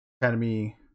Academy